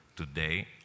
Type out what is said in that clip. today